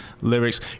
lyrics